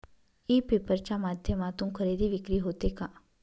E paper च्या माध्यमातून खरेदी विक्री होते का?